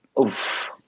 Oof